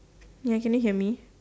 ya can you hear me